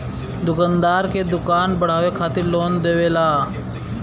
दुकानदार के दुकान बढ़ावे खातिर लोन देवेला